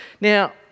Now